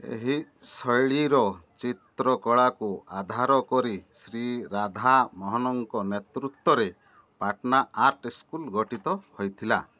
ଏହି ଶୈଳୀର ଚିତ୍ରକଳାକୁ ଆଧାର କରି ଶ୍ରୀ ରାଧା ମୋହନଙ୍କ ନେତୃତ୍ୱରେ ପାଟ୍ନା ଆର୍ଟ ସ୍କୁଲ୍ ଗଠିତ ହୋଇଥିଲା